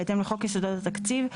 בהתאם לחוק יסודות התקציב,